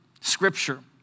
scripture